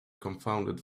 confounded